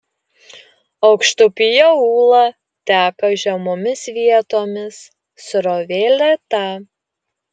aukštupyje ūla teka žemomis vietomis srovė lėta